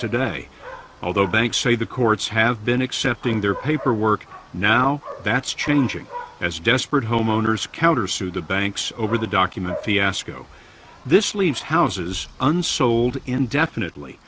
today although banks say the courts have been accepting their paperwork now that's changing as desperate homeowners countersued the banks over the document fiasco this leaves houses unsold indefinitely